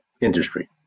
industry